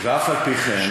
ואף-על-פי-כן.